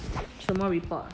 什么 report